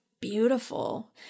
beautiful